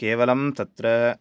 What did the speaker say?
केवलं तत्र